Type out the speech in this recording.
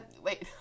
Wait